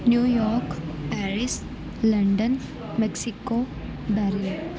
New York Paris London Mexico Bahrain